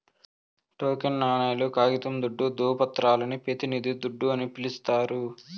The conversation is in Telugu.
టోకెన్ నాణేలు, కాగితం దుడ్డు, దృవపత్రాలని పెతినిది దుడ్డు అని పిలిస్తారు